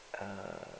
uh